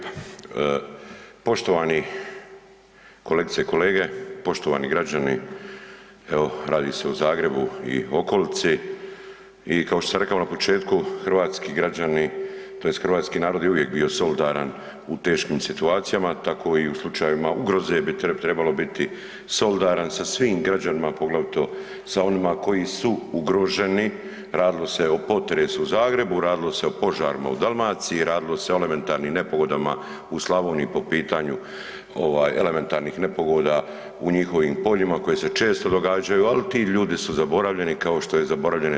Poštovani kolegice i kolege, poštovani građani evo radi se o Zagrebu i okolici i kao što sam rekao na početku hrvatski građani tj. hrvatski narod je uvijek bio solidaran u teškim situacijama tako i u slučajevima ugroze bi trebalo biti solidaran sa svim građanima, a poglavito sa onima koji su ugroženi radilo se o potresu u Zagrebu, radilo se o požarima u Dalmaciji, radilo se o elementarnim nepogodama u Slavoniji po pitanju ovaj elementarnih nepogoda u njihovim poljima koji se često događaju, ali ti ljudi su zaboravljeni kao što je zaboravljeno 2/